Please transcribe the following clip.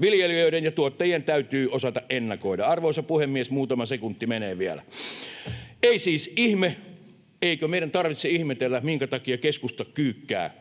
Viljelijöiden ja tuottajien täytyy osata ennakoida. Arvoisa puhemies! Muutama sekunti menee vielä. — Ei siis ihme eikä meidän tarvitse ihmetellä, minkä takia keskusta kyykkää.